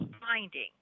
finding